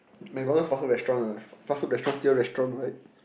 McDonalds fast food restaurant ah fast food restaurant still restaurant right